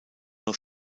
noch